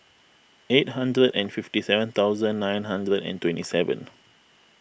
eight hundred and fifty seven thousand nine hundred and twenty seven